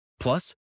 Plus